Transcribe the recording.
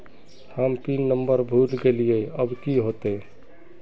हम PIN number भूल गलिऐ अब की होते?